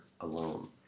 alone